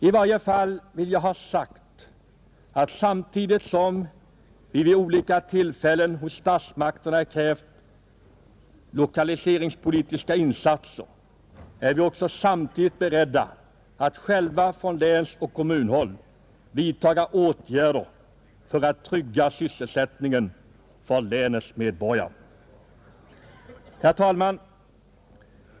I varje fall vill jag ha sagt att samtidigt som vi vid olika tillfällen hos statsmakterna krävt lokaliseringspolitiska insatser är vi beredda att själva på länsoch kommunhåll vidtaga åtgärder för att trygga sysselsättningen för länets medborgare. Herr talman!